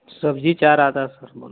सब्जी चाह रहा था सर बोल